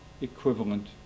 equivalent